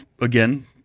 again